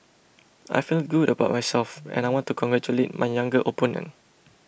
I feel good about myself and I want to congratulate my younger opponent